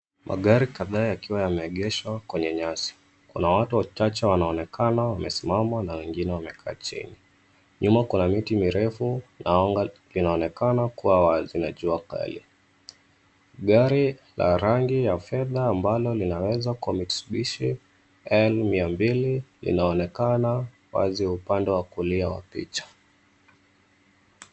Magari kadhaa yakiwa yameegeshwa kwenye nyasi. Kuna watu wachache wanaonekana wamesimama na wengine wamekaa chini .Nyuma kuna miti mirefu na anga linaonekana kuwa wazi na jua kali. Gari la rangi ya fedha ambalo linaweza kuwa mitsubishi N200 linaonekana wazi upande wa kulia wa picha.